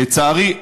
לצערי,